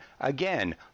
again